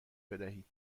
بدهید